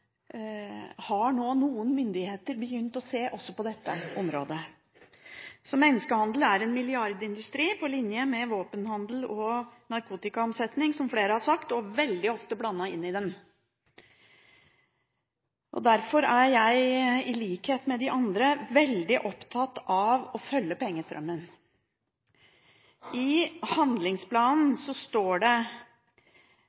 har nå begynt å se også på dette området. Så menneskehandel er en milliardindustri på linje med våpenhandel og narkotikaomsetning, som flere har sagt, og er veldig ofte blandet inn i den. Derfor er jeg, i likhet med de andre, veldig opptatt av å følge pengestrømmen. I handlingsplanen